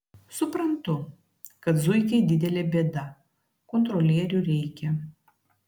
suprantu kad zuikiai didelė bėda kontrolierių reikia